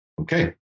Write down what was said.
okay